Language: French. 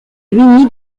gminy